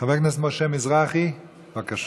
חבר הכנסת משה מזרחי, בבקשה.